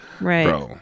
right